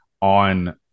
on